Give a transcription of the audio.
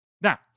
Now